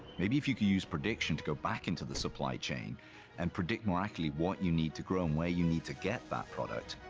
maybe if you can use prediction to go back into the supply chain and predict more accurately what you need to grow, and where you need to get that product,